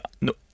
no